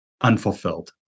unfulfilled